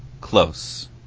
Close